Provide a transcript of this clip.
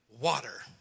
water